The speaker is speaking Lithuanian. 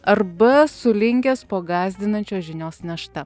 arba sulinkęs po gąsdinančios žinios našta